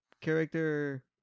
character